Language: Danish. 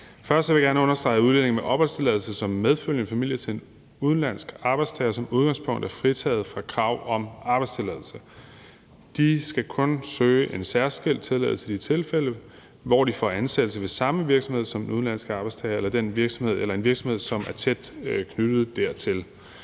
Først vil jeg gerne understrege, at udlændinge med opholdstilladelse som medfølgende familie til en udenlandsk arbejdstager som udgangspunkt er fritaget fra krav om arbejdstilladelse. De skal kun søge en særskilt tilladelse i de tilfælde, hvor de får ansættelse i samme virksomhed som den udenlandske arbejdstager eller en virksomhed, som er tæt knyttet dertil.